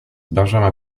benjamin